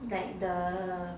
like the